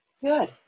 Good